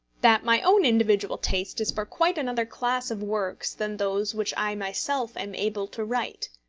that my own individual taste is for quite another class of works than those which i myself am able to write.